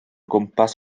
gwmpas